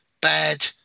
bad